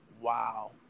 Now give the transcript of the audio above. Wow